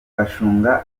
bashunga